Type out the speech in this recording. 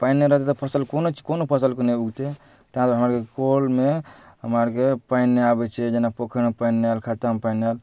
पानि नहि रहतै तऽ फसिल कोन कोनो फसिलके नहि उगतै ताहि दुआरे हमरा आओरके कलमे हमरा आओरके पानि नहि आबै छै जेना पोखरिमे पानि नहि आएल खत्तामे पानि नहि आएल